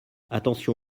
attention